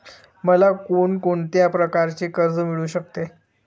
मला कोण कोणत्या प्रकारचे कर्ज मिळू शकते?